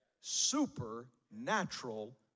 supernatural